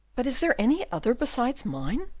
but is there any other besides mine?